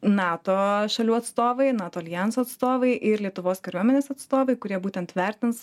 nato šalių atstovai nato aljanso atstovai ir lietuvos kariuomenės atstovai kurie būtent vertins